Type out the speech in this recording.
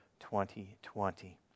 2020